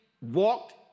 walked